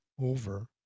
over